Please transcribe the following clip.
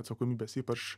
atsakomybės ypač